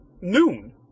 noon